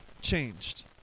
changed